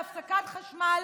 על הפסקת חשמל